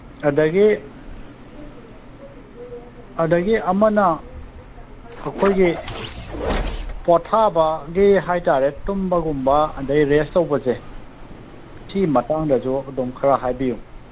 ꯑꯗꯒꯤ ꯑꯗꯒꯤ ꯑꯃꯅ ꯑꯩꯈꯣꯏꯒꯤ ꯄꯣꯊꯥꯕꯒꯤ ꯍꯥꯏ ꯇꯥꯔꯦ ꯇꯨꯝꯕꯒꯨꯝꯕ ꯑꯗꯒꯤ ꯔꯦꯁ ꯇꯧꯕꯁꯦ ꯁꯤ ꯃꯇꯥꯡꯗꯁꯨ ꯑꯗꯨꯝ ꯈꯔ ꯍꯥꯏꯕꯤꯌꯨ